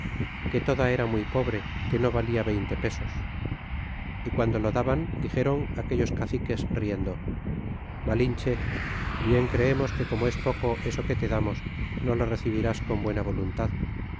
que toda era muy pobre que no valia veinte pesos y guando lo daban dixéron aquellos caciques riendo malinche bien creemos que como es poco eso que te damos no lo recebirs con buena voluntad